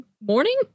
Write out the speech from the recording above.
morning